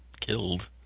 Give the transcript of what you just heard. killed